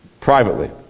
Privately